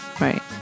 Right